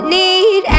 need